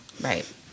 Right